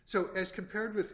so as compared with